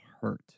hurt